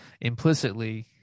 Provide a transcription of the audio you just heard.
implicitly